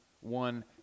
one